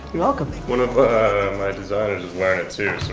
you're welcome. one of my designers is wearing it, too so